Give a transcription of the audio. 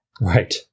Right